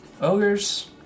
ogres